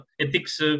ethics